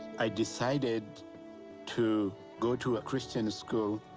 i decided to go to a christian school,